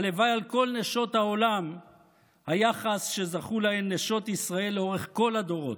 הלוואי על כל נשות העולם היחס שזכו לו נשות ישראל לאורך כל הדורות.